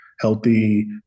healthy